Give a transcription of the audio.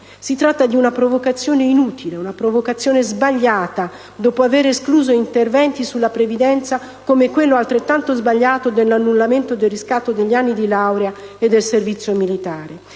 Si tratta di una provocazione inutile, una provocazione sbagliata dopo avere escluso interventi sulla previdenza, come quello, altrettanto sbagliato, dell'annullamento del riscatto degli anni di laurea e del servizio militare.